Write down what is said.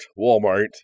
walmart